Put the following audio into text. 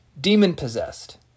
demon-possessed